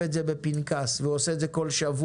את זה בפנקס והוא עושה את זה כל שבוע.